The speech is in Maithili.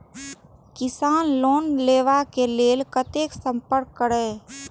किसान लोन लेवा के लेल कते संपर्क करें?